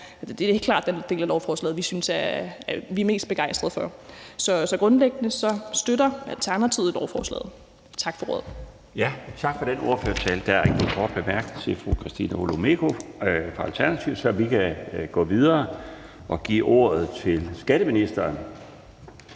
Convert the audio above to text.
Det er helt klart den del af lovforslaget, vi er mest begejstrede for. Så grundlæggende støtter Alternativet lovforslaget. Tak for ordet. Kl. 17:27 Den fg. formand (Bjarne Laustsen): Tak for den ordførertale. Der er ingen korte bemærkninger til fru Christina Olumeko fra Alternativet, så vi kan gå videre og give ordet til skatteministeren.